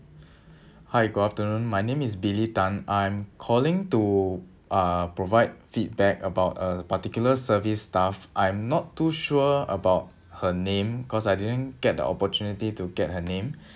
hi good afternoon my name is billy tan I'm calling to uh provide feedback about a particular service staff I'm not too sure about her name cause I didn't get the opportunity to get her name